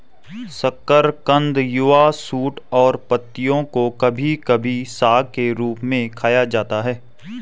शकरकंद युवा शूट और पत्तियों को कभी कभी साग के रूप में खाया जाता है